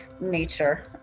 nature